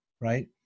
right